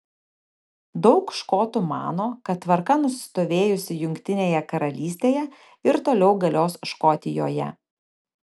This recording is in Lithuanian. daug škotų mano kad tvarka nusistovėjusi jungtinėje karalystėje ir toliau galios škotijoje